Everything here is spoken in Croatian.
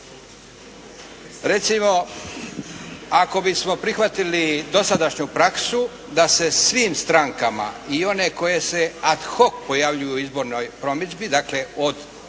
Recimo ako bismo prihvatili dosadašnju praksu da se svim strankama i one koje se ad hock pojavljuju u izbornoj promidžbi, dakle od